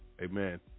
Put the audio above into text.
Amen